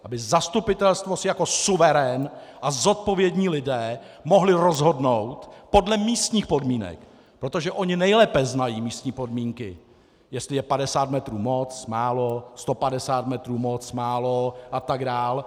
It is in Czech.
Aby si zastupitelstvo jako suverén a zodpovědní lidé mohli rozhodnout podle místních podmínek, protože oni nejlépe znají místní podmínky, jestli je 50 metrů moc, málo, 150 metrů moc, málo atd.